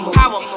power